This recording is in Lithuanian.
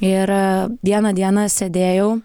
ir vieną dieną sėdėjau